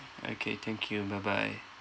okay thank you bye bye